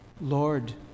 lord